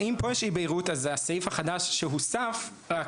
ואם פה יש אי בהירות, אז הסעיף החדש שהוסף רק,